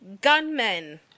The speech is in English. gunmen